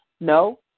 no